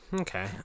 Okay